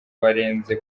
barenze